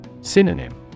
Synonym